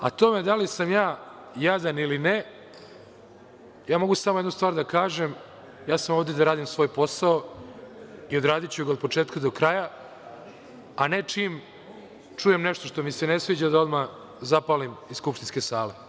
Na to da li sam ja jadan ili ne, mogu samo jednu stvar da kažem - ja sam ovde da radim svoj posao i odradiću ga od početka do kraja, a ne čim čujem nešto što mi se ne sviđa da odmah zapalim iz skupštinske sale.